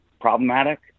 problematic